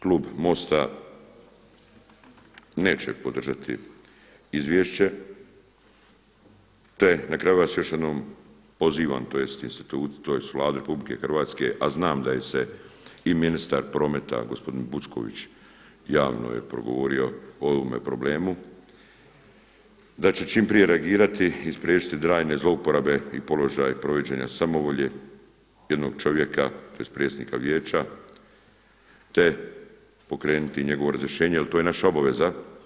Klub MOST-a neće podržati izvješće, ta na kraju vas još jednom pozivam, tj. Vladu RH a znam da se i ministar prometa gospodin Butković javno je progovorio o ovome problemu, da će čim prije reagirati i spriječiti trajne zlouporabe i položaj provođenja samovolje jednog čovjeka, tj. predsjednika Vijeća te pokrenuti njegovo razrješenje jer to je naša obaveza.